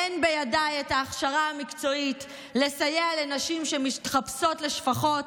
אין בידיי את ההכשרה המקצועית לסייע לנשים שמתחפשות לשפחות,